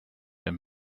wenn